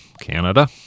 Canada